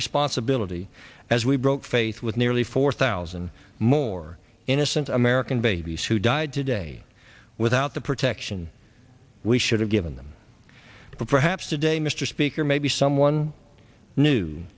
responsibility as we broke faith with nearly four thousand more innocent american babies who died today without the protection we should have given them but perhaps today mr speaker maybe someone new